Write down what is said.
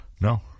no